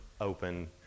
open